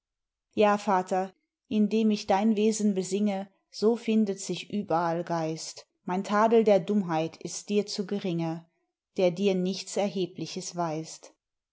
ja vater indem ich dein wesen besinge so findet sich überall geist mein tadel der dummheit ist dir zu geringe der dir nichts erhebliches weist